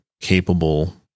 capable